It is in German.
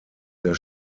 der